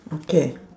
okay